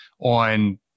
on